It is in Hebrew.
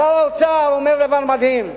שר האוצר אומר דבר מדהים,